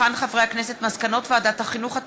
מסקנות ועדת החינוך,